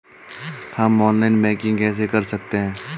हम online banking कैसे कर सकते हैं?